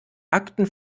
akten